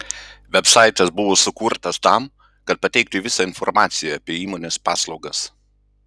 vebsaitas buvo sukurtas tam kad pateikti visą informaciją apie įmonės paslaugas